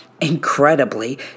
Incredibly